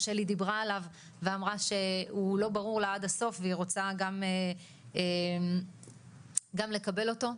ששלי דיברה עליו ואמרה שהוא לא ברור לה עד הסוף והיא רוצה גם לקבל אותו,